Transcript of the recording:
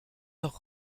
leurs